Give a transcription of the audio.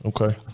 Okay